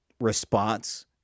response